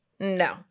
No